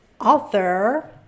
author